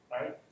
Right